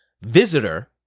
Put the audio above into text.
visitor